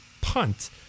punt